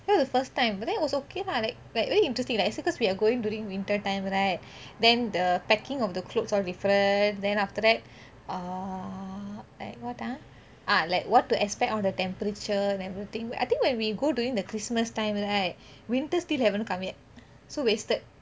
that was the first time but then it was okay lah like like very interesting because we are going during winter time right then the packing of the clothes all different then after that err like what ah ah like what to expect all the temperature and everything I think when we go during the christmas time right winter still haven't come yet so wasted